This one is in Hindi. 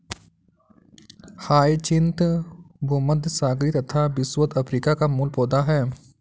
ह्याचिन्थ भूमध्यसागरीय तथा विषुवत अफ्रीका का मूल पौधा है